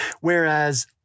whereas